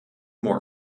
more